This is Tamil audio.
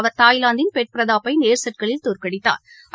அவர் தாய்லாந்தின் ஃபெட் பிரதாபைநேர் செட்களில் தோற்கடித்தாா்